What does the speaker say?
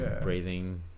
breathing